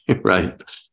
right